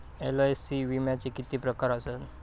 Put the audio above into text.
LIC विम्याचे किती प्रकार आसत?